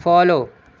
follow